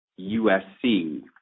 USC